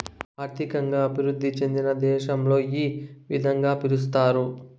ఆర్థికంగా అభివృద్ధి చెందిన దేశాలలో ఈ విధంగా పిలుస్తారు